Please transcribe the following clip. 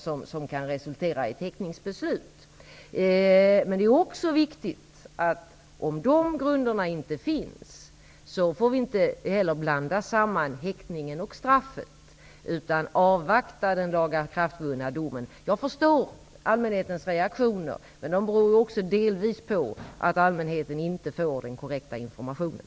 Men vi får inte blanda samman häktningen och straffet, om nu inte dessa grunder föreligger. Då måste vi avvakta den lagakraftvunna domen. Det är viktigt. Jag förstår allmänhetens reaktioner. Men de beror också delvis på att allmänheten inte får den korrekta informationen.